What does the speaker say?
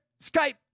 Skype